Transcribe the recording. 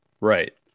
Right